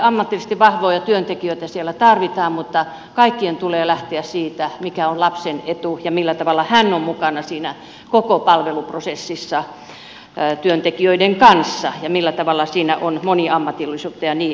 ammatillisesti vahvoja työntekijöitä siellä tarvitaan mutta kaikkien tulee lähteä siitä mikä on lapsen etu ja millä tavalla hän on mukana siinä koko palveluprosessissa työntekijöiden kanssa ja millä tavalla siinä on moniammatillisuutta ja niin edelleen